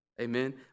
Amen